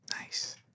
Nice